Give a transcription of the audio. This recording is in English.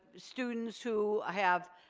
students who have